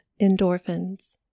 endorphins